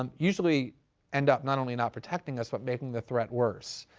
um usually end up not only not protecting us, but making the threat worse.